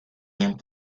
and